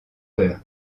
peur